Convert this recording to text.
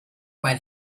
mein